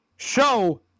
Show